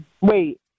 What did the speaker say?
Wait